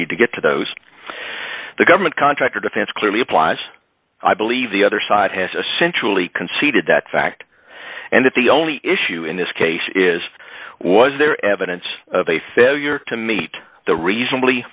need to get to those the government contractor defense clearly applies i believe the other side has a sensually conceded that fact and that the only issue in this case is was there evidence of a failure to meet the reasonably